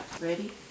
Ready